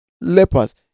lepers